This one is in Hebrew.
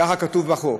כך כתוב בחוק.